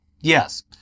Yes